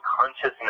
consciousness